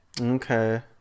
Okay